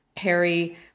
harry